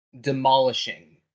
Demolishing